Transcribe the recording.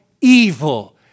evil